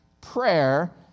prayer